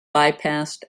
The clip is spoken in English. bypassed